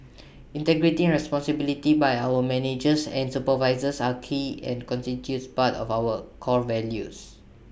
integrity and responsibility by our managers and supervisors are key and constitute part of our core values